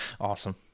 awesome